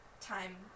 time